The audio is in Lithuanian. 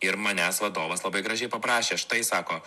ir manęs vadovas labai gražiai paprašė štai sako